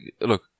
look